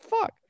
fuck